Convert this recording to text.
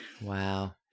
Wow